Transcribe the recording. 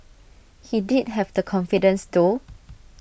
he did have the confidence though